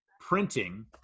printing